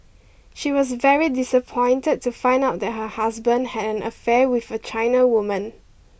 she was very disappointed to find out that her husband had an affair with a China woman